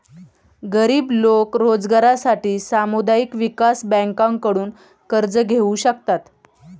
गरीब लोक रोजगारासाठी सामुदायिक विकास बँकांकडून कर्ज घेऊ शकतात